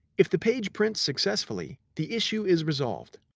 if the page prints successfully, the issue is resolved.